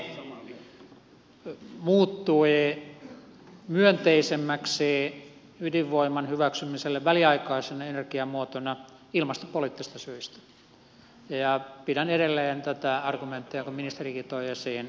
henkilökohtainen kantani muuttui myönteisemmäksi ydinvoiman hyväksymiselle väliaikaisena energiamuotona ilmastopoliittista syistä ja pidän edelleen tätä argumenttia jonka ministerikin toi esiin hyvin vahvana